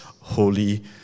holy